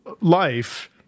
life